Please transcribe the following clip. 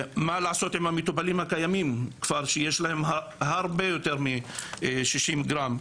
מה לעשות עם המטופלים הקיימים שכבר יש להם הרבה יותר מ-60 גרם.